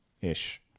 ish